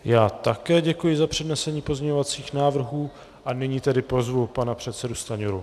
Já také děkuji za přednesení pozměňovacích návrhů a nyní pozvu pana předsedu Stanjuru.